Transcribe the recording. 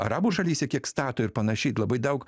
arabų šalyse kiek stato ir panašiai labai daug